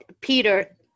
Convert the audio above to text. Peter